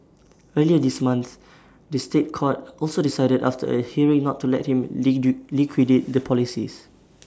earlier this month the State Court also decided after A hearing not to let him liquidate the policies